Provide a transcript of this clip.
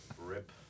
Rip